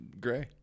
gray